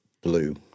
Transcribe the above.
blue